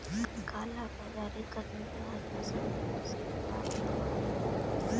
काला बाजारी करनी भी हर किसी के बस की बात न हई